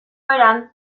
eran